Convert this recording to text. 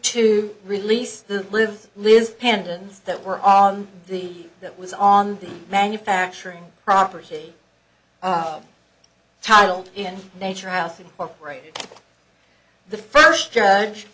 to release the live lives pendens that were on the that was on the manufacturing property titled in nature house incorporated the first judge